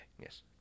Yes